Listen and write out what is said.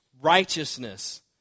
righteousness